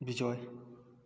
Bijoy